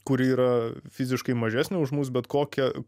kuri yra fiziškai mažesnė už mus bet kokią